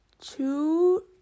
two